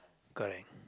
correct